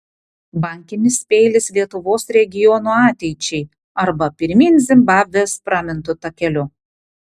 bankinis peilis lietuvos regionų ateičiai arba pirmyn zimbabvės pramintu takeliu